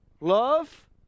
love